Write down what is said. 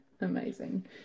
Amazing